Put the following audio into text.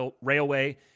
Railway